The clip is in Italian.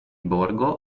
borgo